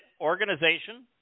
organization